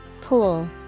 Pool